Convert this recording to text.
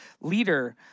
leader